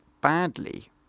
badly